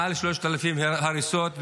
מעל 3,000 הריסות,